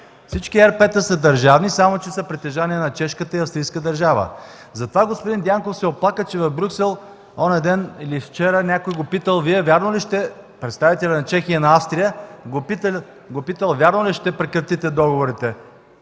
Всички ЕРП-та са държавни, само че са притежание на Чешката и Австрийската държава. Затова господин Дянков се оплака, че в Брюксел онзи ден или вчера някои представители на Чехия и на Австрия го питали: „Вярно ли ще прекратите договорите?”